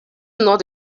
not